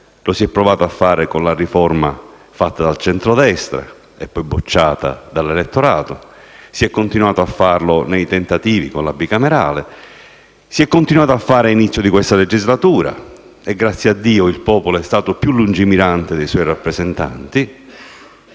lo si è provato a fare con la riforma fatta dal centrodestra e poi bocciata dall'elettorato, si è continuato a farlo con i tentativi della bicamerale, lo si è continuato a fare ad inizio di questa legislatura e, grazie a Dio, il popolo è stato più lungimirante dei suoi rappresentanti